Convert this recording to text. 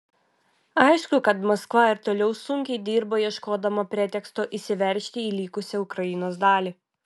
aišku kad maskva ir toliau sunkiai dirba ieškodama preteksto įsiveržti į likusią ukrainos dalį